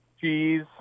cheese